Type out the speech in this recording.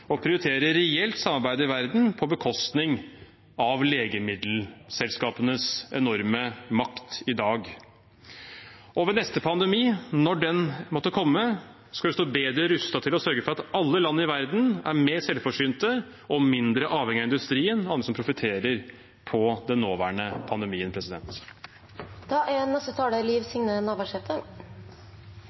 prioritere reelt samarbeid i verden på bekostning av legemiddelselskapenes enorme makt i dag. Ved neste pandemi, når den måtte komme, skal vi stå bedre rustet til å sørge for at alle land i verden er mer selvforsynte og mindre avhengig av industrien – alle som profiterer på den nåværende pandemien. For Senterpartiet er